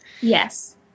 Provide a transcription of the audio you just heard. Yes